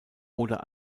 oder